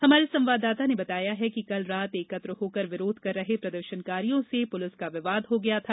हमारे संवाददाता ने बताया है कि कल रात एकत्र होकर विरोध कर रहे प्रदर्षनकारियों से पुलिस का विवाद हो गया था